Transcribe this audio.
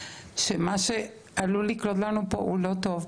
שמה שעלול לקרות לנו פה הוא לא טוב.